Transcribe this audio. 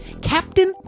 Captain